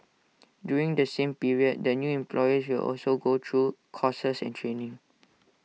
during the same period the new employees will also go through courses and training